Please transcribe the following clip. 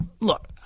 Look